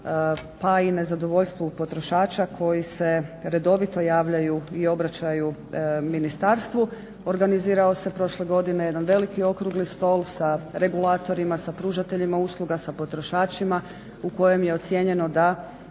pa i nezadovoljstvo u potrošača koji se redovito javljaju i obraćaju ministarstvu, organizirao se prošle godine jedan veliki okrugli stol sa regulatorima, sa pružateljima usluga, sa potrošačima u kojem je ocijenjeno da